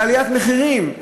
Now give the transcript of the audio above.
לעליית מחירים.